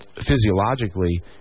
physiologically